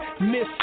Miss